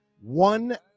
One